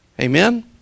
Amen